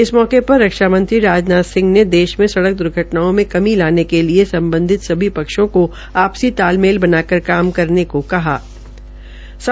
इस अवसर पर रक्षा मंत्री राजनाथ सिंह ने देश में सड़क द्र्घटनाओं में कमी लाने के लिए सम्बधित सभी पक्षों को आपसी तालमेन बनाकर काम करने का आहवान किया